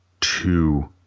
two